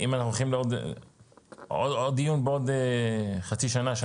מה החישוב של הצפי מבחינת ההוצאה של המשתמשים?